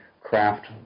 craft